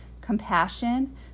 Compassion